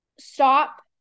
stop